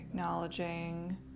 Acknowledging